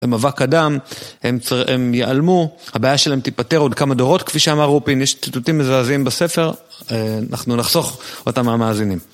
הם אבק אדם, הם ייעלמו, הבעיה שלהם תיפטר עוד כמה דורות, כפי שאמר רופין, יש ציטוטים מזעזעים בספר, אנחנו נחסוך אותם המאזינים.